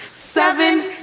seven,